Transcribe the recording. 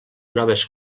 noves